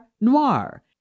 noir